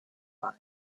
find